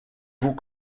vous